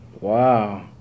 Wow